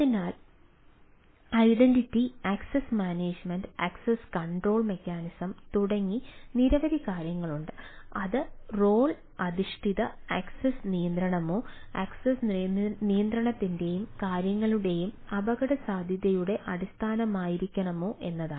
അതിനാൽ identity access management access control mechanism തുടങ്ങി നിരവധി കാര്യങ്ങളുണ്ട് അത് റോൾ അധിഷ്ഠിത ആക്സസ്സ് നിയന്ത്രണമോ ആക്സസ്സ് നിയന്ത്രണത്തിന്റെയും കാര്യങ്ങളുടെയും അപകടസാധ്യതയുടെ അടിസ്ഥാനമായിരിക്കണമോ എന്ന്